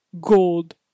gold